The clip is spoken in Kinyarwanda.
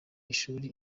ishuri